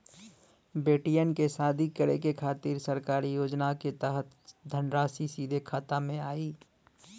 बेटियन के शादी करे के खातिर सरकारी योजना के तहत धनराशि सीधे खाता मे आई?